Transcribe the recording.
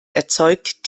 erzeugt